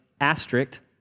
asterisk